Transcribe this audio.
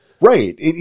Right